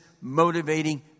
motivating